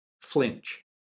flinch